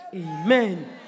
Amen